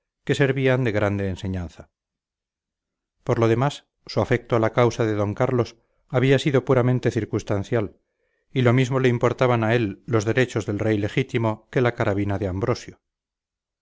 que servían de grande enseñanza por lo demás su afecto a la causa de d carlos había sido puramente circunstancial y lo mismo le importaban a él los derechos del rey legítimo que la carabina de ambrosio